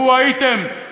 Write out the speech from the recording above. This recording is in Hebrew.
לו הייתם,